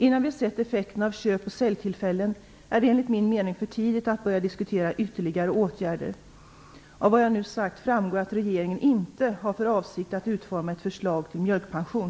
Innan vi har sett effekterna av köp och säljtillfällen är det enligt min mening för tidigt att börja diskutera ytterligare åtgärder. Av vad jag nu har sagt framgår att regeringen inte har för avsikt att utforma ett förslag till mjölkpension.